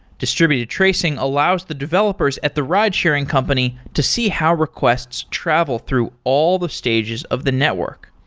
distributed tracing allows the developers at the ride-sharing company to see how requests travel through all the stages of the network.